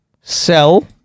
sell